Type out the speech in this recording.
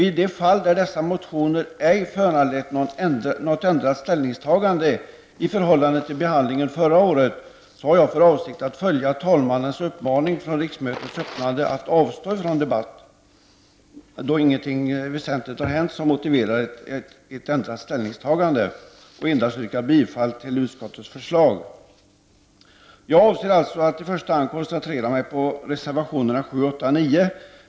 I de fall där dessa motioner ej föranlett något ändrat ställningstagande i förhållande till behandlingen förra året, har jag för avsikt att följa talmannens uppmaning från riksmötets öppnande att avstå från debatt, då inget väsentligt har hänt som motiverar ett annat ställningstagande, och endast yrka bifall till utskottets förslag. Jag avser alltså att i första hand koncentrera mig på reservationerna 7, 8 och 9.